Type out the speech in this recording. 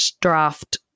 draft